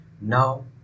Now